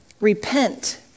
Repent